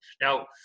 now